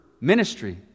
ministry